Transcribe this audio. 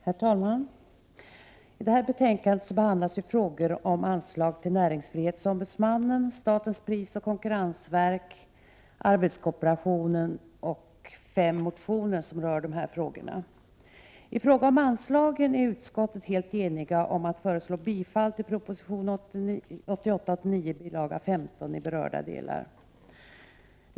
Herr talman! I detta betänkande behandlas frågor om anslag till näringsfrihetsombudsmannen, statens prisoch konkurrensverk och arbetskooperationen samt fem motioner som rör dessa frågor. I fråga om anslagen är utskottet helt enigt om att föreslå bifall till proposition 1988/89:100 bil. 15 i berörda delar.